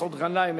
מסעוד גנאים,